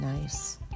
nice